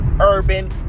urban